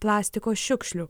plastiko šiukšlių